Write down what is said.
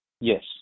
Yes